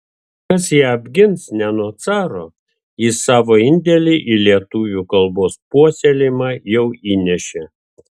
kas ją apgins ne nuo caro jis savo indėlį į lietuvių kalbos puoselėjimą jau įnešė